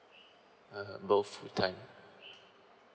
err both full time